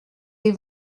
les